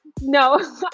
No